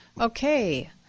Okay